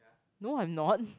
no I'm not